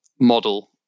model